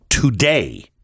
today